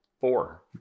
four